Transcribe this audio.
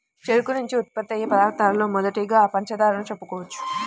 చెరుకు నుంచి ఉత్పత్తయ్యే పదార్థాలలో మొదటిదిగా పంచదారను చెప్పుకోవచ్చు